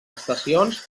estacions